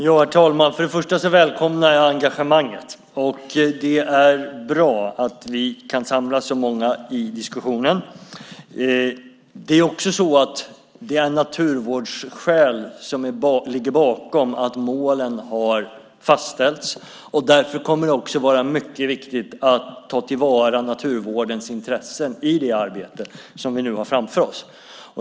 Herr talman! Först och främst välkomnar jag engagemanget. Det är bra att vi kan samlas så många i diskussionen. Det är naturvårdsskäl som ligger bakom att målen har fastställts, och därför kommer det också att vara mycket viktigt att ta till vara naturvårdens intressen i det arbete som vi nu har framför oss.